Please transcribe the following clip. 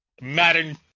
Madden